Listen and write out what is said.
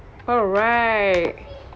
alright